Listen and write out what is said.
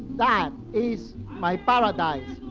that is my paradise.